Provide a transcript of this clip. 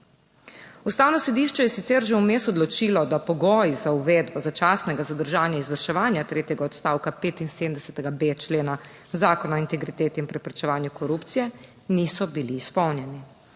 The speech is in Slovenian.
Ustavno sodišče je sicer že vmes odločilo, da pogoji za uvedbo začasnega zadržanja izvrševanja tretjega odstavka 75.b člena Zakona o integriteti in preprečevanju korupcije niso bili izpolnjeni.